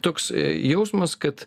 toks jausmas kad